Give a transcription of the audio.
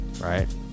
right